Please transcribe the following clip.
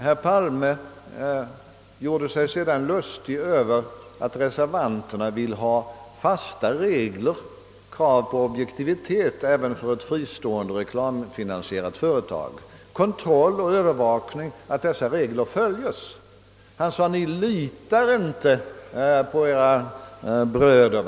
Herr Palme gjorde sig sedan lustig över att reservanterna vill ha fasta regler och krav på objektivitet även för ett fristående, reklamfinansierat företag. Vi vill ha kontroll och övervakning av att dessa regler följes. Han sade ungefär: Ni litar inte på edra bröder.